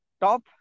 top